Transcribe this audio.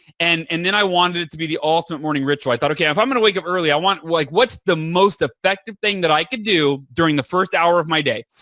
and and then i wanted it to be the ultimate morning ritual. i thought, okay. if i'm going to wake up early, i want like what's the most effective thing that i could do during the first hour of my day?